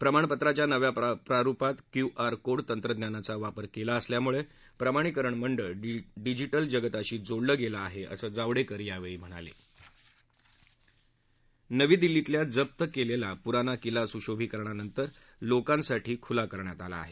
प्रमाणपत्राच्या नव्या प्रारुपात क्यु आर कोड तंत्रज्ञानाचा वापर कला असल्यामुळा प्रमाणिकरण मंडळ डिजि के जगताशी जोडलं गद्याआहअिसं जावडक्त यावस्ती म्हणाल नवी दिल्लीतल्या जप्त केलेला पुराना किला सुशोभिकरणानंतर लोकांसाठी खुला करण्यात आला आहे